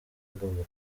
agomba